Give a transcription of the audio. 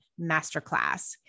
Masterclass